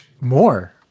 More